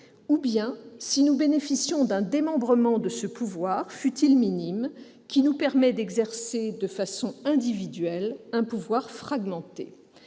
ou si nous bénéficions d'un démembrement de ce pouvoir, fût-il minime, qui nous permet d'exercer de façon individuelle un pouvoir fragmenté.